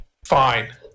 Fine